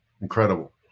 Incredible